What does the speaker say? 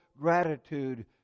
gratitude